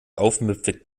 aufmüpfig